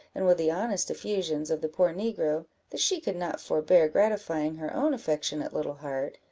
and with the honest effusions of the poor negro, that she could not forbear gratifying her own affectionate little heart,